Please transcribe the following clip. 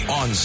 on